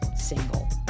single